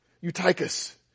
Eutychus